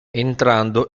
entrando